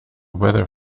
weather